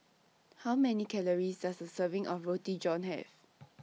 How Many Calories Does A Serving of Roti John Have